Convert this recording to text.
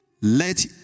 let